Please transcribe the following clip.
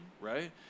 Right